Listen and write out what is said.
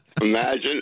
Imagine